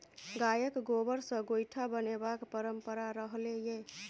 गायक गोबर सँ गोयठा बनेबाक परंपरा रहलै यै